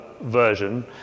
version